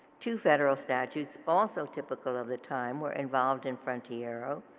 two federal statues also typical of the time were involved in frontiero.